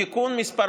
בתיקון מס'